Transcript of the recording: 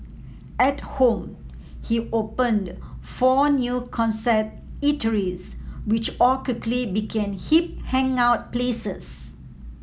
at home he opened four new concept eateries which all quickly became hip hangout places